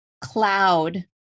cloud